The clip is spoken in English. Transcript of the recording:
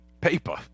paper